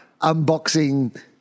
unboxing